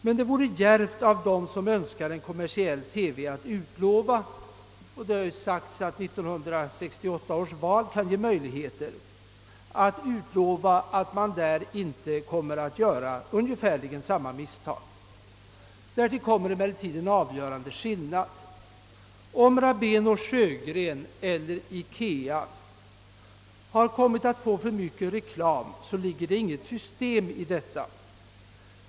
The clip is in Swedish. Men det vore djärvt av dem som önskar en kommersiell TV att, såsom skett i denna debatt, utlova att ev. kommersiell TV inte kommer att göra samma misstag som den nuvarande. Därtill kommer emellertid en avgörande skillnad. Om Rabén & Sjögren eller IKEA kommit att få för mycket reklam såsom antytts, så ligger det inget system i detta.